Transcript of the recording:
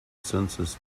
census